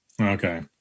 Okay